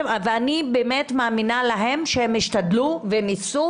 אני באמת מאמינה להם שהם השתדלו וניסו,